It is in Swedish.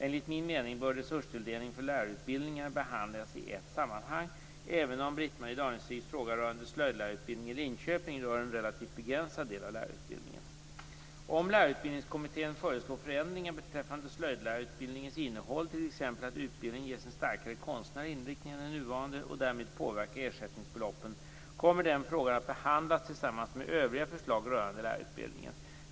Enligt min mening bör resurstilldelningen för lärarutbildningar behandlas i ett sammanhang även om Britt-Marie Danestigs fråga rörande slöjdlärarutbildningen i Linköping rör en relativt begränsad del av lärarutbildningen. Om lärarutbildningskommittén föreslår förändringar beträffande slöjdlärarutbildningens innehåll, t.ex. att utbildningen ges en starkare konstnärlig inriktning än den nuvarande och därmed påverkar ersättningsbeloppen, kommer den frågan att behandlas tillsammans med övriga förslag rörande lärarutbildningen.